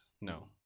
No